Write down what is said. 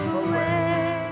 away